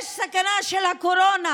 יש סכנה של הקורונה,